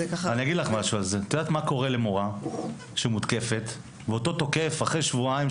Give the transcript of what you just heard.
את יודעת מה קורה למורה שמותקפת ואותו תוקף אחרי שבועיים,